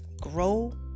grow